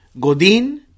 Godin